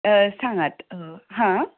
हय सांगात आं